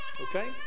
Okay